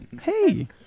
Hey